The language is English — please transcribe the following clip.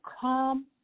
come